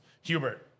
Hubert